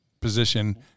position